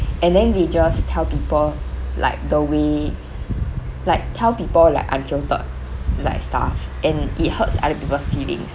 and then they just tell people like the way like tell people like unfiltered like stuff and it hurts other people's feelings